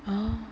oh